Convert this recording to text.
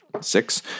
Six